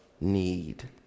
need